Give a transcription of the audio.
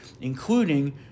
including